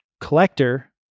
collector